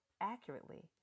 accurately